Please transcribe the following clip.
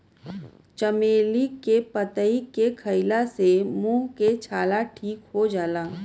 चमेली के पतइ के खईला से मुंह के छाला ठीक हो जाला